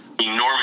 enormous